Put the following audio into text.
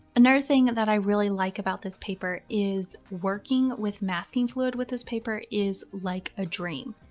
another thing and that i really like about this paper is working with masking fluid with this paper is like a dream.